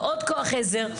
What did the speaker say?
ועוד כוח עזר,